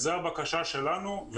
זו הבקשה שלנו.